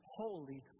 holy